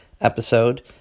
episode